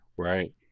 Right